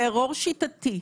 טרור שיטתי.